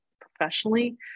professionally